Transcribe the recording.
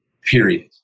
Period